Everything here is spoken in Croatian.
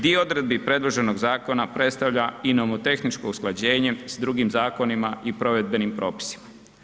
Dio odredbi predloženog zakona predstavlja i nomotehničko usklađenje s drugim zakonima i provedbenim propisima.